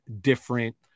different